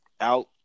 out